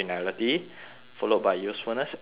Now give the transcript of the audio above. followed by usefulness and surprise